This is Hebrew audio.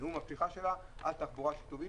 בנאום הפתיחה שלה על תחבורה שיתופית.